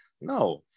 no